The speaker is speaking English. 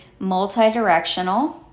multidirectional